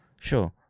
sure